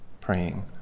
praying